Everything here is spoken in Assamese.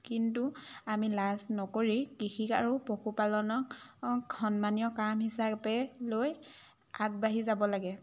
কিন্তু আমি লাজ নকৰি কৃষিক আৰু পশুপালনক সন্মানীয় কাম হিচাপে লৈ আগবাঢ়ি যাব লাগে